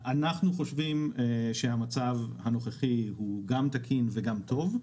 אנחנו חושבים שהמצב הנוכחי הוא גם תקין וגם טוב.